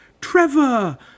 Trevor